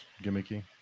gimmicky